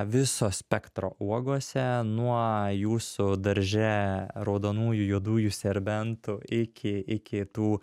viso spektro uogose nuo jūsų darže raudonųjų juodųjų serbentų iki iki tų